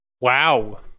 Wow